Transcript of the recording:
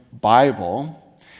Bible